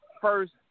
first